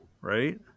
right